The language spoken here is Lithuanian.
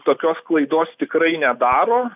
tokios klaidos tikrai nedaro